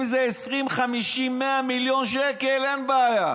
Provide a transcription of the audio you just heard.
אם זה 20, 50, 100 מיליון שקל, אין בעיה.